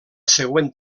següent